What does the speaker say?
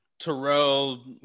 Terrell